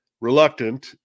reluctant